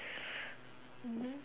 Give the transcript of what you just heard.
mmhmm